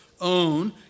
own